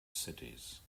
cities